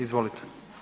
Izvolite.